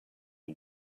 you